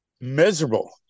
Miserable